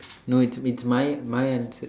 no it's it's my my answer